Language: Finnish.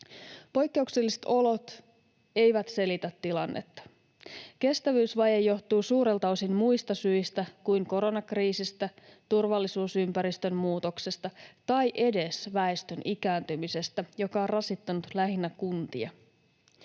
Poikkeukselliset olot eivät selitä tilannetta. Kestävyysvaje johtuu suurelta osin muista syistä kuin koronakriisistä, turvallisuusympäristön muutoksesta tai edes väestön ikääntymisestä, joka on rasittanut lähinnä kuntia.